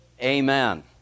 Amen